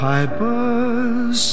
Piper's